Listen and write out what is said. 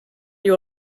you